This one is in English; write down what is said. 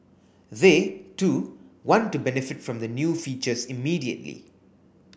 they too want to benefit from the new features immediately